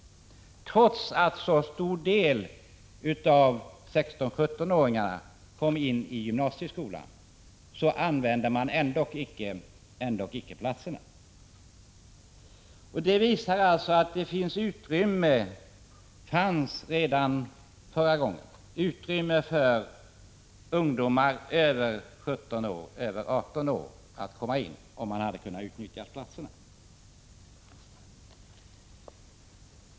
Trots att en stor del av 16-17-åringarna alltså kom in på gymnasieskolan använder man ändock icke platserna. Det visar att det således finns — och redan förra gången fanns — utrymme för ungdomar över 18 år att komma in på gymnasieskolan om platserna hade kunnat utnyttjas.